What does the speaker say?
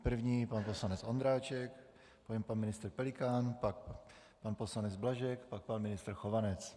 S první pan poslanec Ondráček, po něm pan ministr Pelikán, pak pan poslanec Blažek, pak pan ministr Chovanec.